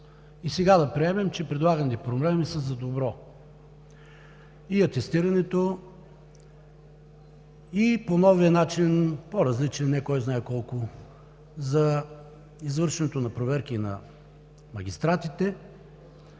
И сега да приемем, че предлаганите промени са за добро – и атестирането, и новият по различен начин, не кой знае колко, за извършването на проверки на магистратите.